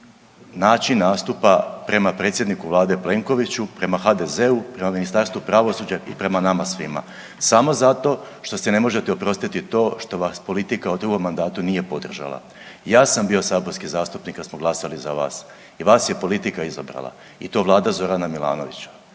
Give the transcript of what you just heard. način nastupa prema predsjedniku Vlade Plenkoviću, prema HDZ-u, prema Ministarstvu pravosuđa i prema nama svima. Samo zato što si ne možete oprostiti to što vas politika u drugom mandatu nije podržala. Ja sam bio saborski zastupnik kad smo glasali za vas. I vas je politika izabrala. I to Vlada Zorana Milanovića.